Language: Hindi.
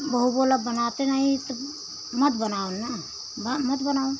बहू बोला बनाते नहीं तो मत बनाओ न मत बनाओ